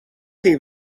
ging